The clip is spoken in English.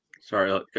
Sorry